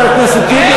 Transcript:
חבר הכנסת טיבי,